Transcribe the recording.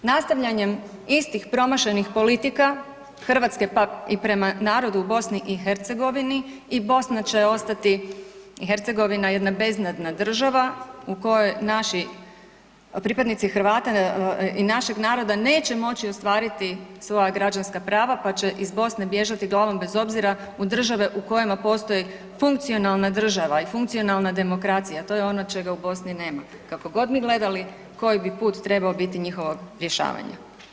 Nastavljanjem istih promašenih politika Hrvatske pak i prema narodu u BiH i Bosna će ostati i Hercegovina jedna beznadna država u kojoj naši pripadnici Hrvata i našeg naroda neće moć ostvariti svoja građanska prava, pa će iz Bosne bježati glavom bez obzira u države u kojima postoji funkcionalna država i funkcionalna demokracija, a to je ono čega u Bosni nema, kako god mi gledali koji bi put trebao biti njihovog rješavanja.